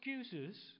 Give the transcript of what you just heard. excuses